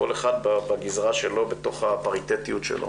כל אחד בגזרה שלו בתוך הפריטטיות שלו.